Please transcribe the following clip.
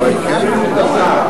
אומרים: תזמינו את השר.